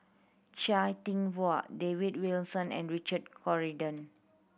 Chia Thye Poh David Wilson and Richard Corridon